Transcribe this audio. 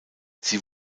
sie